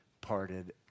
parted